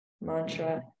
mantra